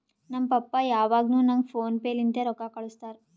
ನಮ್ ಪಪ್ಪಾ ಯಾವಾಗ್ನು ನಂಗ್ ಫೋನ್ ಪೇ ಲಿಂತೆ ರೊಕ್ಕಾ ಕಳ್ಸುತ್ತಾರ್